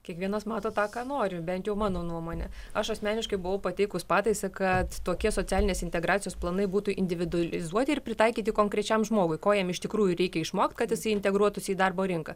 kiekvienas mato tą ką nori bent jau mano nuomone aš asmeniškai buvau pateikus pataisą kad tokie socialinės integracijos planai būtų individualizuoti ir pritaikyti konkrečiam žmogui ko jam iš tikrųjų reikia išmokt kad jisai integruotųsi į darbo rinką